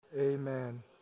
Amen